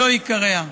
לא יקרע"?